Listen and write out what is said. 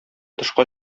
тышка